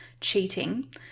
cheating